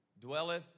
dwelleth